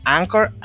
Anchor